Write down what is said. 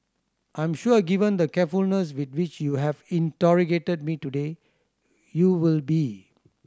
I am sure given the carefulness with which you have interrogated me today you will be